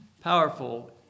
powerful